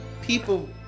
People